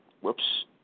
whoops